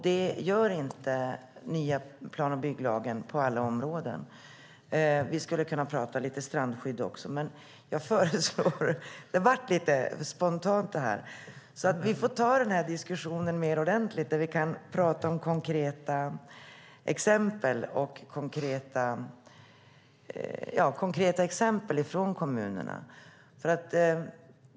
Det gör inte nya plan och bygglagen på alla områden. Vi skulle också kunna tala lite om strandskydd. Det blev lite spontant detta. Vi får ta den här diskussionen mer ordentligt när vi kan tala om konkreta exempel från kommunerna.